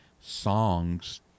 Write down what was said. songs